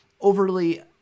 overly